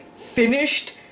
finished